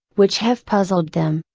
which have puzzled them,